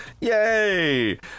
Yay